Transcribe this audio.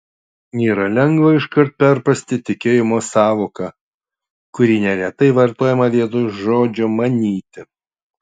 nėra lengva iškart perprasti tikėjimo sąvoką kuri neretai vartojama vietoj žodžio manyti